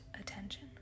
attention